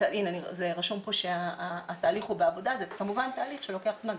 זה כמובן תהליך שלוקח זמן.